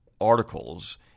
articles